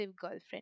girlfriend